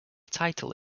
title